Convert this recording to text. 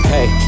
Hey